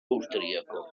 austriaco